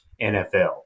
NFL